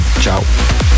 Ciao